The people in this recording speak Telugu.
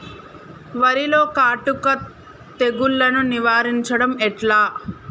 వరిలో కాటుక తెగుళ్లను నివారించడం ఎట్లా?